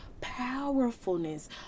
powerfulness